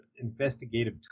investigative